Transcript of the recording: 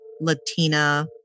Latina